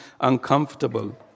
uncomfortable